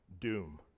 doom